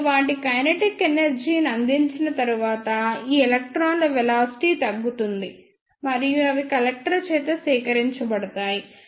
మరియు వాటి కైనెటిక్ ఎనర్జీని అందించిన తరువాత ఈ ఎలక్ట్రాన్ల వెలాసిటీ తగ్గుతుంది మరియు అవి కలెక్టర్ చేత సేకరించబడతాయి